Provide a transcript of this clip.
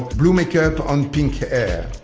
blue makeup on pink hair.